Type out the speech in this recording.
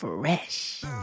fresh